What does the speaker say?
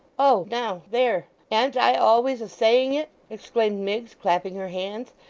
oh! now! there! an't i always a-saying it exclaimed miggs, clapping her hands.